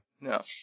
No